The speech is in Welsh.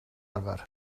arfer